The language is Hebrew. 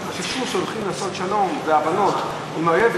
הם חששו שהולכים לעשות שלום והבנות עם האויב,